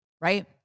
right